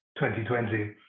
2020